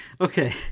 Okay